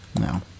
No